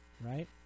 Right